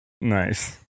Nice